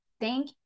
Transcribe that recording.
Thank